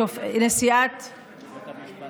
שופטת בית המשפט העליון.